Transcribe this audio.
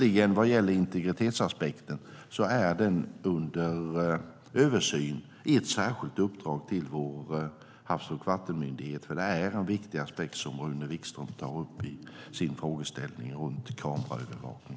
Vad gäller integritetsaspekten är den under översyn i ett särskilt uppdrag till vår havs och vattenmyndighet, för det är en viktig aspekt som Rune Wikström tar upp i sin frågeställning runt kameraövervakning.